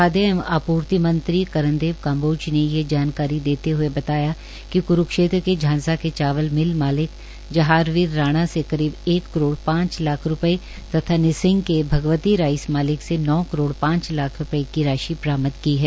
खाद्य एवं आपूर्ति मंत्रीश्री कर्णदेव कांबोज ने यह जानकारी देते हुए बताया कि कुरुक्षेत्र के झांसा के चावल मिल मालिक जहारवीर राणा से करीब एक करोड़ पांच लाख रुपये तथा निसिंग के भगवती राइस मालिक से नौ करोड़ पांच लाख रुपये की राशि बरामद की है